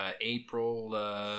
April